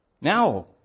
Now